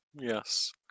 Yes